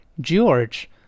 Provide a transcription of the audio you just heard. George